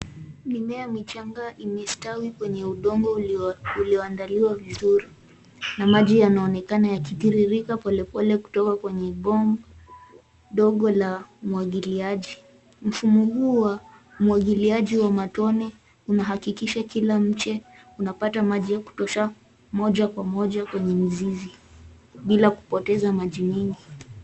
Mimea michanga imestawi kwenye udongo ulioandaliwa vizuri na maji yanaonekana yakitiririka polepole kutoka kwenye bomba dogo la umwagiliaji. Mfumo huu wa umwagiliaji wa matone unahakikisha kila mche unapata maji ya kutosha moja kwa moja kwenye mizizi bila kupoteza maji mingi.